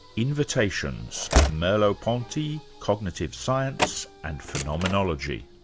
invitations merleau-ponty, cognitive science and phenomenonology.